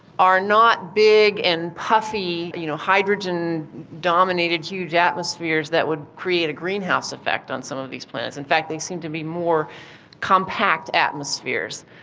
are not big and puffy you know hydrogen dominated huge atmospheres that would create a greenhouse effect on some of these planets. in fact, they seem to be more compact atmospheres,